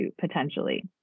potentially